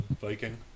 Viking